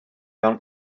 mewn